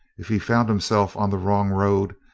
if he found himself on the wrong road,